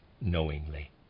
knowingly